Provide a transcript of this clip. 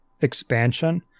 expansion